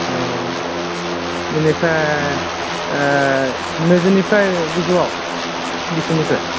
अ इनिफ्राय नैजौनिफ्रय गोजौआव दुइस'निफ्राय